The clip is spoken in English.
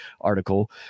article